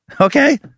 okay